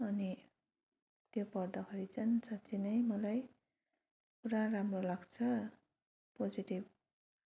अनि त्यो पढ्दाखेरि चाहिँ साँच्चै नै मलाई पुरा राम्रो लाग्छ पोजिटिभ